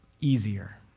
easier